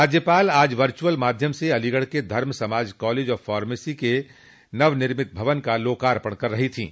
राज्यपाल आज वचुअल माध्यम से अलीगढ़ के Dharm Samaj college of pharmacy के नवनिर्मित भवन का लोकार्पण कर रही थीं